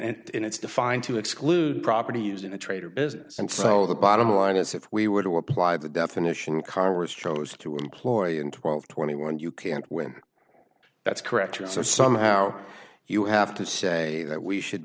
and in it's defined to exclude property use in a trade or business and so the bottom line is if we were to apply the definition congress chose to employ in twelve twenty one you can't win that's correct or somehow you have to say that we should